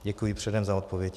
Děkuji předem za odpověď.